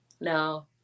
No